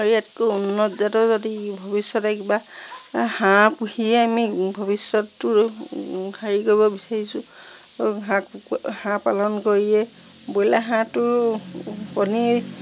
আৰু ইয়াতকৈ উন্নত যদি ভৱিষ্যতে কিবা হাঁহ পুহিয়ে আমি ভৱিষ্যতটো হেৰি কৰিব বিচাৰিছোঁ হাঁহ কুকুৰা হাঁহ পালন কৰিয়ে ব্ৰইলাৰ হাঁহটো কণীৰ